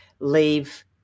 leave